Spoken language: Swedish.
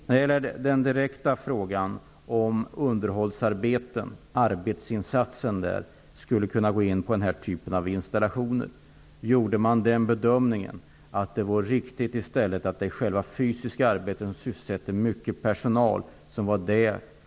När det gäller den direkta frågan om arbetsinsatsen vid underhållsarbeten skulle kunna gälla den här typen av installationer, gjorde man den bedömningen att det vore riktigt att i stället koncentrera instatserna till fysiska arbeten som sysselsätter mycket personal.